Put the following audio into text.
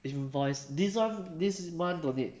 invoice this one this month don't need